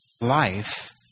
life